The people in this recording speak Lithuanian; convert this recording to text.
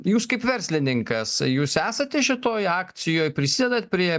jūs kaip verslininkas jūs esate šitoj akcijoj prisidedat prie